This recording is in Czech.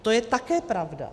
To je také pravda.